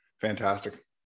Fantastic